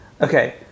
Okay